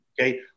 Okay